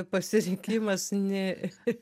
pasirinkimas ne